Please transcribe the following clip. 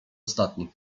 ostatni